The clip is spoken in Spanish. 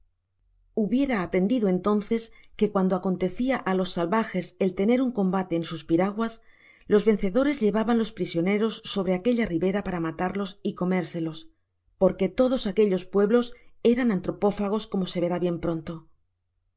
hubiera aprendido entonces que cuando acontecía á los salvajes el tener un combate en sus piraguas los vencedores llevaban los prisioneros sobre aquella ribera para matarlos y comérselos porque todos aquellos pueblos eran antropófagos como se verá bien pronto